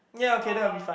ya okay that will be fun